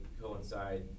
coincide